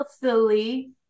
silly